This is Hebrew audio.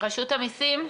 רשות המיסים,